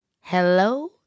Hello